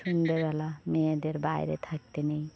সন্ধ্যেবেলা মেয়েদের বাইরে থাকতে নেই